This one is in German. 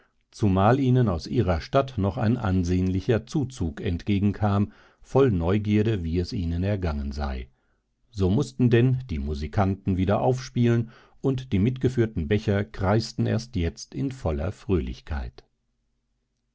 zumal ihnen aus ihrer stadt noch ein ansehnlicher zuzug entgegenkam voll neugierde wie es ihnen ergangen sei so mußten denn die musikanten wieder aufspielen und die mitgeführten becher kreisten erst jetzt in voller fröhlichkeit